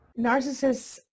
Narcissists